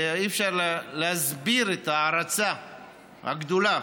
ואי-אפשר להסביר את ההערצה הגדולה